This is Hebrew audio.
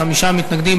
חמישה מתנגדים,